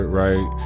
right